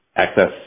access